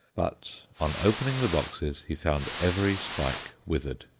but on opening the boxes he found every spike withered.